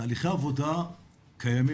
תהליכי עבודה קיימים.